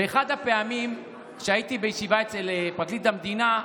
באחת הפעמים שהייתי בישיבה אצל פרקליט המדינה,